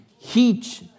heat